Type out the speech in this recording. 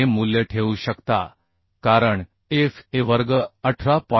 तुम्ही हे मूल्य ठेवू शकता कारण Fa वर्ग 18